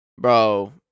Bro